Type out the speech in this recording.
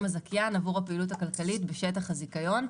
הזכיין עבור הפעילות הכלכלית בשטח הזיכיון.